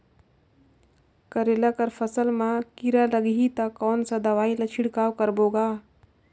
करेला कर फसल मा कीरा लगही ता कौन सा दवाई ला छिड़काव करबो गा?